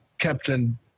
Captain